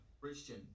Christian